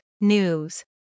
news